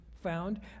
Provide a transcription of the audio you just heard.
found